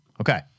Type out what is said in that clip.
Okay